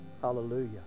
hallelujah